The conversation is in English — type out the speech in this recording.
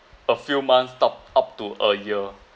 a few months top up to a year